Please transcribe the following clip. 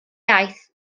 aeth